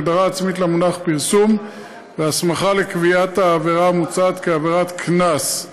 הגדרה עצמית למונח "פרסום" והסמכה לקביעת העבירה המוצעת כעבירת קנס.